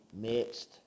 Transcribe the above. mixed